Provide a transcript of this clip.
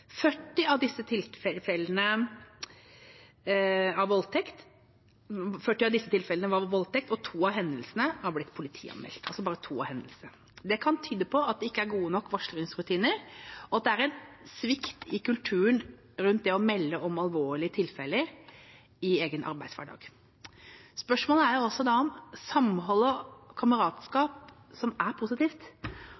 40 av disse tilfellene var voldtekt, og 2 av hendelsene er blitt politianmeldt – altså bare 2 av hendelsene. Det kan tyde på at det ikke er gode nok varslingsrutiner, og at det er en svikt i kulturen rundt det å melde om alvorlige tilfeller i egen arbeidshverdag. Spørsmålet er da om samhold og